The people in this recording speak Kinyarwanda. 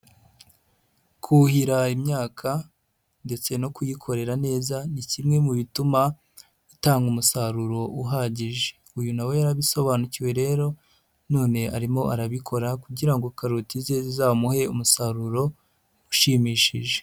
Kuhira imyaka ndetse no kuyikorera neza, ni kimwe mu bituma atanga umusaruro uhagije. Uyu na we yarabisobanukiwe rero none arimo arabikora kugira ngo karoti ze zizamuhe umusaruro ushimishije.